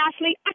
Ashley